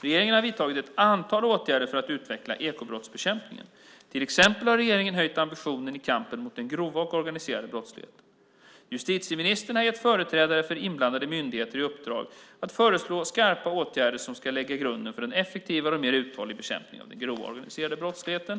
Regeringen har vidtagit ett antal åtgärder för att utveckla ekobrottsbekämpningen. Till exempel har regeringen höjt ambitionen i kampen mot den grova och organiserade brottsligheten. Justitieministern har gett företrädare för inblandade myndigheter i uppdrag att föreslå skarpa åtgärder som ska lägga grunden till en effektivare och mer uthållig bekämpning av den grova organiserade brottsligheten.